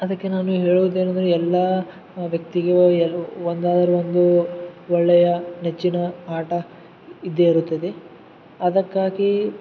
ಅದಕ್ಕೆ ನಾನು ಹೇಳುವುದೇನೆಂದರೆ ಎಲ್ಲ ವ್ಯಕ್ತಿಗೇಯಲು ಒಂದಾದರೊಂದು ಒಳ್ಳೆಯ ನೆಚ್ಚಿನ ಆಟ ಇದ್ದೇ ಇರುತ್ತದೆ ಅದಕ್ಕಾಗೀ